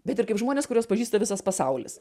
bet ir kaip žmonės kuriuos pažįsta visas pasaulis